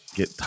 get